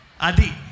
Adi